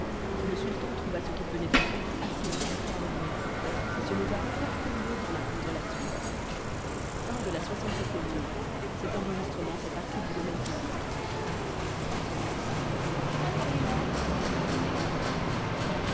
le sultan trouva ce qu'il venait d'entendre assez extraordinaire et se leva fort curieux d'en apprendre la suite lxviii nuit